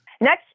Next